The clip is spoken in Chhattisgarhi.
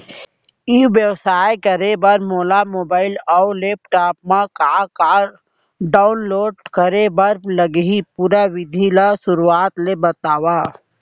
ई व्यवसाय करे बर मोला मोबाइल अऊ लैपटॉप मा का का डाऊनलोड करे बर लागही, पुरा विधि ला शुरुआत ले बतावव?